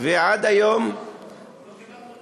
לא קיבלנו תמורה.